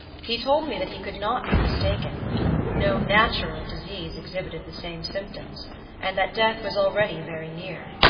he told me that he could not be mistaken no natural disease exhibited the same symptoms and that death was already very near.